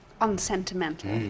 unsentimental